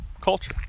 culture